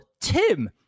Tim